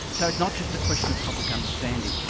so it's not just a question of public understanding,